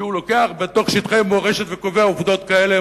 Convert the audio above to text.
שהוא לוקח בתוך שטחי מורשת וקובע עובדות כאלה,